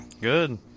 Good